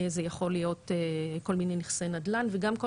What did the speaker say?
זה יכול להיות כל מיני נכסי נדל"ן וגם כל